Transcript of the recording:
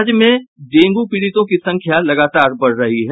राज्य में डेंगू पीड़ितों की संख्या लगातार बढ़ रही है